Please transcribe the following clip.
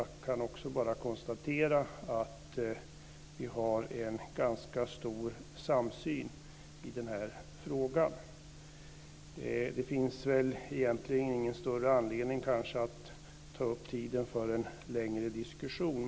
Jag kan konstatera att vi har en ganska stor samsyn i den här frågan. Det finns egentligen ingen större anledning att ta upp tiden för en längre diskussion.